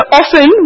often